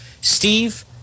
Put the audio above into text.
steve